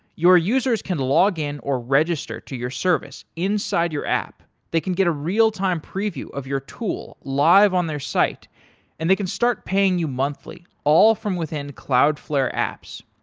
your users can log in or register to your service inside your app, they can get a real time preview of your tool live on their site and they can start paying you monthly all from within cloudflare apps.